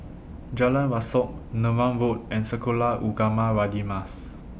Jalan Rasok Neram Road and Sekolah Ugama Radin Mas